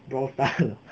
中三